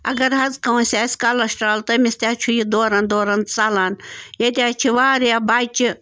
اگر حظ کانٛسہِ آسہِ کَلسٹرال تٔمِس تہِ حظ چھُ یہِ دوران دوران ژلان ییٚتہِ حظ چھِ واریاہ بَچہٕ